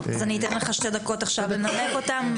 אז אני אתן לך שתי דקות עכשיו לנמק אותם.